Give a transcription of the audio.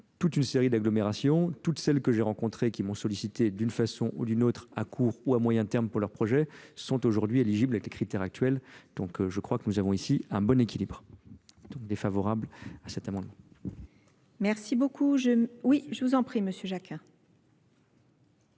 pour une série d'agglomérations, toutes celles que j'ai rencontrées, qui m'ont sollicitées d'une façon ou d'une autre, à court ou à moyen terme pour leur projet, sont aujourd'hui éligibles avec les critères actuels, donc je crois que nous avons ici un bon équilibre, donc défavorables à cet amendement. Merci beaucoup. Je oui, je vous en prie, M. Jacquet.